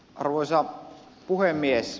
arvoisa puhemies